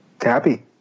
Happy